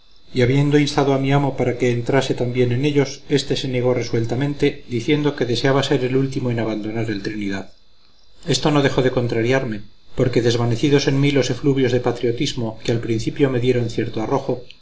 y habiendo instado a mi amo para que entrase también en ellos éste se negó resueltamente diciendo que deseaba ser el último en abandonar el trinidad esto no dejó de contrariarme porque desvanecidos en mí los efluvios de patriotismo que al principio me dieron cierto arrojo